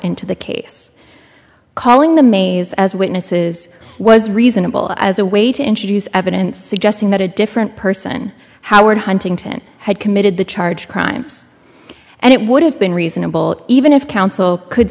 into the case calling the mays as witnesses was reasonable as a way to introduce evidence suggesting that a different person howard huntington had committed the charge crimes and it would have been reasonable even if counsel could